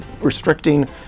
restricting